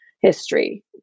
history